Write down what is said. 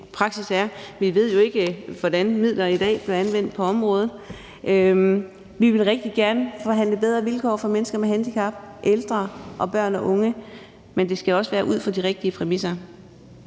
praksis ved vi ikke i dag, hvordan midler bliver anvendt på området. Vi ville rigtig gerne forhandle bedre vilkår for mennesker med handicap, ældre og børn og unge, men det skal også være ud fra de rigtige præmisser.